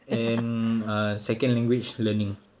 and err second language learning